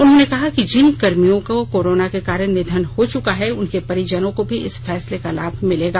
उन्होंने कहा कि जिन कर्मियों का कोरोना के कारण निधन हो चुका है उनके परिजनों को भी इस फैसले का लाभ मिलेग